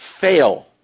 fail